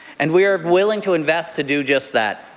and we are willing to invest to do just that.